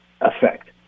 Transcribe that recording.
effect